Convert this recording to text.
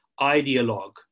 ideologue